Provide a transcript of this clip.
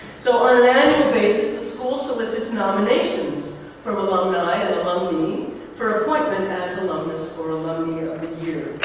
so on an annual basis, the school solicits nominations from alumni and alumnae for appointment as alumnus or alumnae of the year.